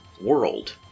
World